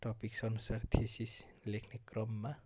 topic अनुसार thesis लेख्ने क्रममा